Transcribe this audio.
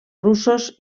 russos